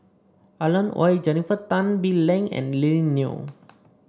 Alan Oei Jennifer Tan Bee Leng and Lily Neo